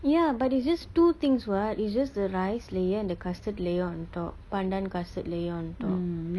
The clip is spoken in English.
ya but it's just two things what it's just the rice layer and the custard layer on top pandan custard layer on top